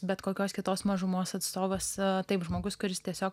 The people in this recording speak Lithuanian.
bet kokios kitos mažumos atstovas taip žmogus kuris tiesiog